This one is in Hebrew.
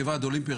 כוועד אולימפי,